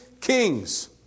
kings